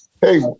hey